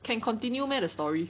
can continue meh the story